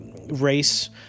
race